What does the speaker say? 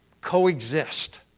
coexist